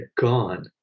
gone